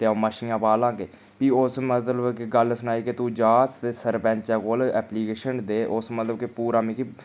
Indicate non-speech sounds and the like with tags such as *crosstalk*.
ते अ'ऊं मच्छियां पालां गै फ्ही उस मसलें उप्पर गल्ल सनाई कि तूं जा *unintelligible* सरपैंच कोल ऐप्लीकेशन दे उस मतलब कि पूरा मिगी